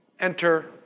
Enter